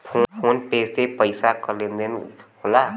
phone पे से पइसा क लेन देन होला